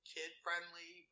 kid-friendly